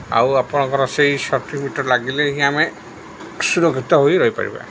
ଆଉ ଆପଣଙ୍କର ସେହି ସଠିକ୍ ମିଟର୍ ଲାଗିଲେ ହିଁ ଆମେ ସୁରକ୍ଷିତ ହୋଇ ରହିପାରିବା